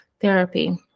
therapy